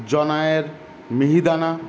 জনায়ের মিহিদানা